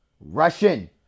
Russian